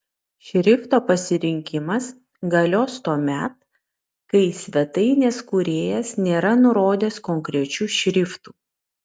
šrifto pasirinkimas galios tuomet kai svetainės kūrėjas nėra nurodęs konkrečių šriftų